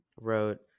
wrote